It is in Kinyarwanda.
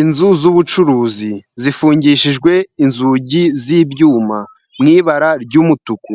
Inzu z'ubucuruzi zifungishijwe inzugi z'ibyuma ,mu ibara ry'umutuku